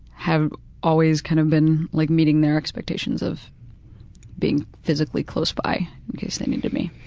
have always kind of been like meeting their expectations of being physically close by in case they needed me.